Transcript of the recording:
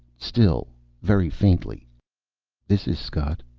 still very faintly this is scott.